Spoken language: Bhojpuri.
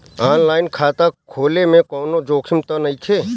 आन लाइन खाता खोले में कौनो जोखिम त नइखे?